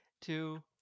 two